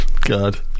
God